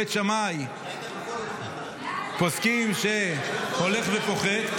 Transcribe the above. בית שמאי פוסקים שהולך ופוחת,